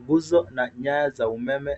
Nguzo na nyaya za umeme